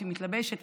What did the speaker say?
היא מתלבשת,